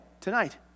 tonight